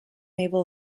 naval